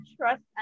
Trust